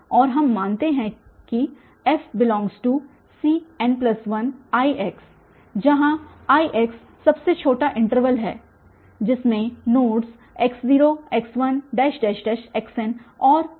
और हम मानते हैं कि f∈Cn1Ix जहाँ Ix सबसे छोटा इंटरवल है जिसमें नोड्स x0x1 xn और x हैं